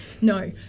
no